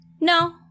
no